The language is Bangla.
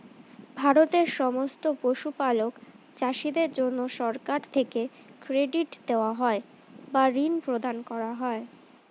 ভারতের সমস্ত পশুপালক চাষীদের জন্যে সরকার থেকে ক্রেডিট দেওয়া হয় বা ঋণ প্রদান করা হয়